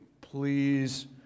Please